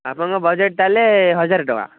ଆପଣଙ୍କ ବଜେଟ ତା'ହାଲେ ହଜାର ଟଙ୍କା